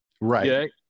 right